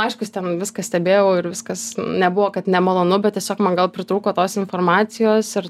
aiškus ten viską stebėjau ir viskas nebuvo kad nemalonu bet tiesiog man gal pritrūko tos informacijos ir